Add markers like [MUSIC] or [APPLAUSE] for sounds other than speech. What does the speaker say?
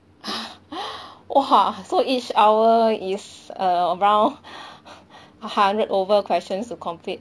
[BREATH] [BREATH] !wah! so each hour is err around [BREATH] [BREATH] a hundred over questions to complete